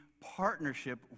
partnership